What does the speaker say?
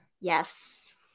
Yes